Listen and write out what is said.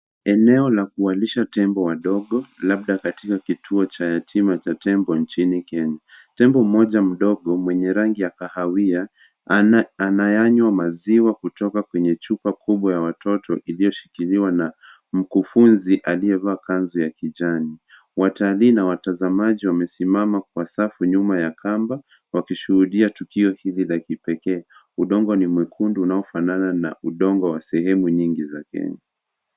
Eneo la kuwalisha tembo wadogo labda katika kituo cha yatima cha tembo nchini Kenya. Tembo mmoja mdogo mwenye rangi ya kahawia anayanywa maziwa kutoka kwenye chupa. Watalii na watazamaji wamesimama kwa safu nyuma ya kamba, wakishuhudia tukio hili la kipekee. Udongo ni mwekundu unaofanana na udongo wa sehemu nyingi.